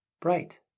Bright